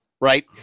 right